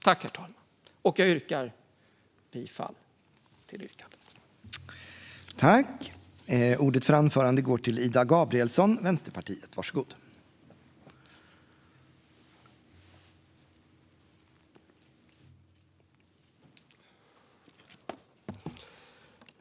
Jag yrkar bifall till utskottets förslag.